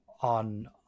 on